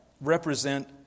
represent